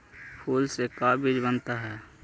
फूल से का चीज बनता है?